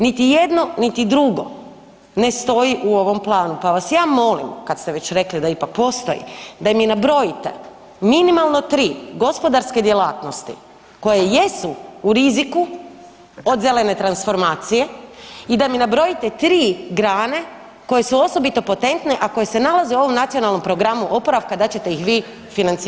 Niti jedno, niti drugo ne stoji u ovom planu, pa vas ja molim kad ste već rekli da ipak postoji da mi nabrojite minimalno tri gospodarske djelatnosti koje jesu u riziku od zelene transformacije i da mi nabrojite tri grane koje su osobito potentne, a koje se nalaze u ovom Nacionalnom programu oporavka da ćete ih vi financirati.